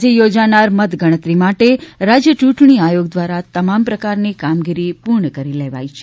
આજે યોજાનારા મતગણતરી માટે રાજ્ય ચૂંટણી આયોગ દ્વારા તમામ પ્રકારની કામગીરી પૂર્ણ કરી લેવામાં આવી છે